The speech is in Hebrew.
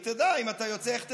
אם אתה יוצא, איך תדע?